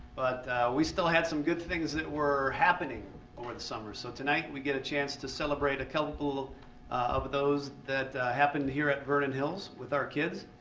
we still had some good things that were happening over the summer. so, tonight we get a chance to celebrate a couple of those that happened here at vernon hills with our kids.